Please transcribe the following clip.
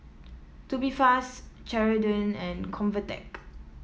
Tubifast Ceradan and Convatec